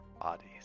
bodies